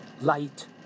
light